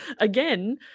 again